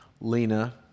Lena